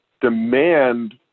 demand